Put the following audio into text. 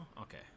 Okay